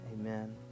amen